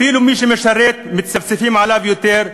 אפילו מי שמשרת, מצפצפים עליו יותר,